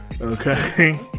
Okay